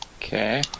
Okay